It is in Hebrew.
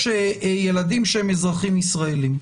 יש ילדים שהם אזרחים ישראלים.